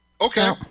Okay